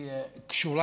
ולמה היא קשורה?